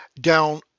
down